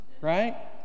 Right